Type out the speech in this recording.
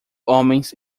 homens